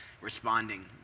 responding